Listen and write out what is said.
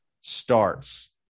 starts